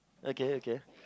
okay okay